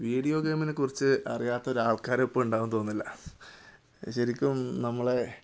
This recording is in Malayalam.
വീഡിയോ ഗെയിമിനെ കുറിച്ച് അറിയാത്തൊരാൾക്കാർ ഇപ്പോൾ ഉണ്ടാവുമെന്ന് തോന്നുന്നില്ല ശരിക്കും നമ്മളെ